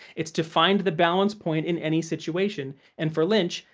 it's to find the balance point in any situation, and for lynch,